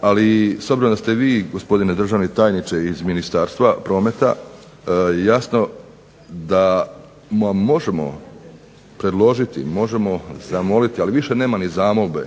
Ali s obzirom da ste vi gospodine državni tajniče iz Ministarstva prometa jasno da vam možemo predložiti, možemo zamoliti, ali više nema ni zamolbe